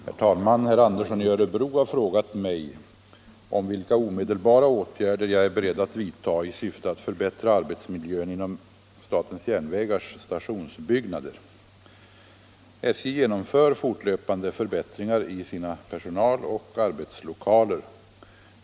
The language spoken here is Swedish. Herr talman! Herr Andersson i Örebro har frågat mig om vilka omedelbara åtgärder jag är beredd att vidtaga i syfte att förbättra arbetsmiljön inom SJ:s stationsbyggnader. SJ genomför fortlöpande förbättringar i sina personaloch arbetslokaler.